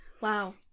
Wow